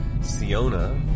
Siona